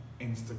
Instagram